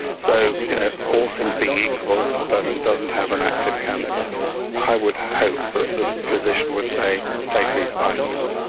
so you know all things being equal if the person doesn't have an active cancer i would hope that the physician would say take these vitamins.